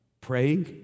Praying